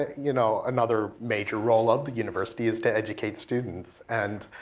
ah you know another major role of the university is to educate students and